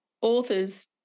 authors